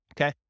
okay